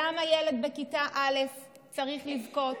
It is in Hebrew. אני רוצה לשאול למה ילד בכיתה א' צריך לבכות